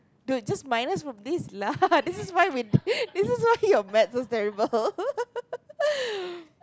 dude just minus from this lah this is why this is why your maths so terrible